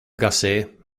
gussie